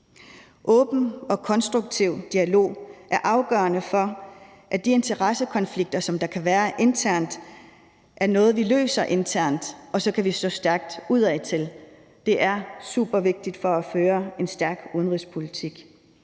Åben og konstruktiv dialog er afgørende for, at de interessekonflikter, som der kan være internt, er noget, vi løser internt, så vi kan stå stærkt udadtil. Det er super vigtigt for at kunne føre en stærk udenrigspolitik.